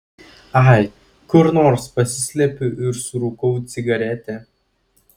ai kur nors pasislepiu ir surūkau cigaretę